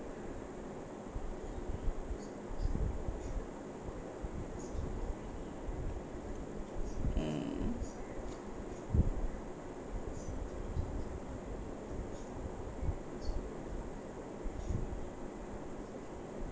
mm